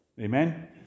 Amen